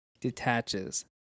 detaches